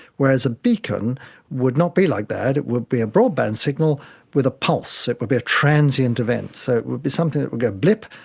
whereas a beacon would not be like that, it would be a broadband signal with a pulse. it would be a transient event. so it would be something that would go blip,